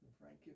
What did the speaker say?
Frank